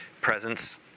presence